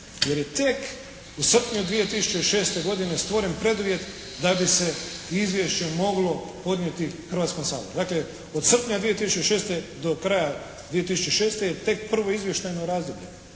jer je tek u srpnju 2006. godine stvoren preduvjet da bi se izvješće moglo podnijeti Hrvatskom saboru. Dakle, od srpnja 2006. do kraja 2006. je tek prvo izvještajno razdoblje.